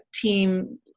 team